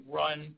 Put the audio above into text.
run